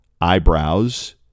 eyebrows